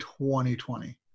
2020